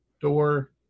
door